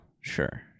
sure